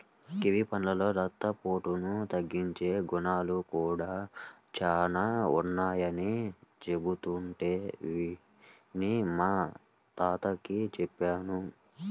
kiwi పళ్ళలో రక్తపోటును తగ్గించే గుణాలు కూడా చానా ఉన్నయ్యని చెబుతుంటే విని మా తాతకి చెప్పాను